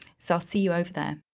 so i'll see you over there.